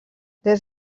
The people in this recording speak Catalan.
des